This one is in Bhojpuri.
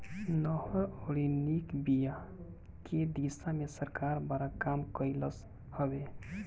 नहर अउरी निक बिया के दिशा में सरकार बड़ा काम कइलस हवे